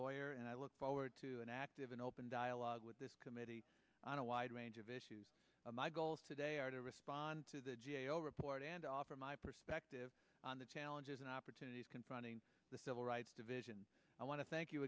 lawyer and i look forward to an active and open dialogue with this committee on a wide range of issues my goals today are to respond to the g a o report and offer my perspective on the challenges and opportunities confronting the civil rights division i want to thank you